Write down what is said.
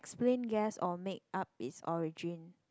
explain guess or make up it's origin